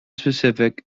specific